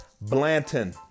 Blanton